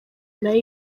nayo